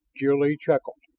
jil-lee chuckled.